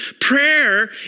Prayer